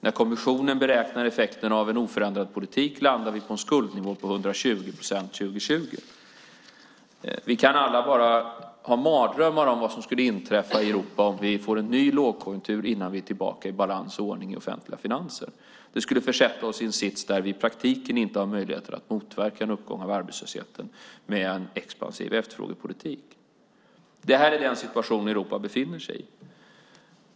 När kommissionen beräknar effekten av en oförändrad politik landar vi på en skuldnivå på 120 procent 2020. Vi kan alla ha mardrömmar om vad som skulle inträffa i Europa om vi får en ny lågkonjunktur innan vi är tillbaka i balans och ordning i offentliga finanser. Vi skulle hamna i en sits där vi i praktiken inte har möjligheter att motverka en uppgång av arbetslösheten med en expansiv efterfrågepolitik. Det här är den situation Europa befinner sig i.